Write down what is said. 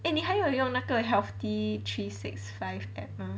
eh 你还有用那个 healthy three six five app mah